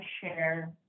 share